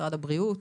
משרד הבריאות,